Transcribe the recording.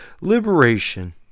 liberation